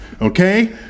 Okay